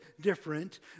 different